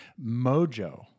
mojo